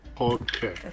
Okay